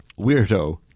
Weirdo